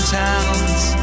towns